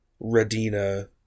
Radina